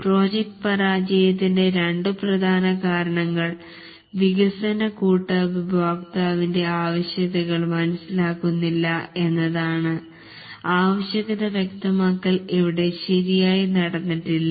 പ്രോജക്ട്പരാജയപെടുന്നതിന്റെ രണ്ടു പ്രധാന കാരണങ്ങൾ വികാസന കൂട്ടം ഉപഭോക്താവിൻറെ ആവശ്യകതകൾ മനസിലാകുന്നില്ല എന്നതാണ് ആവശ്യകത വ്യക്തമാക്കൽ ഇവിടെ ശരിയായി നടന്നിട്ടില്ല